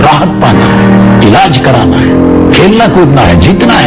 राहत पाना है इलाज कराना है खेलना कूदना है जीतना है